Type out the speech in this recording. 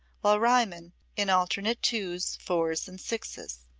while riemann in alternate twos, fours and sixes.